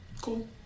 cool